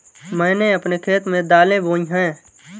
मैंने अपने खेत में दालें बोई हैं